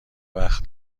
وقت